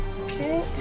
okay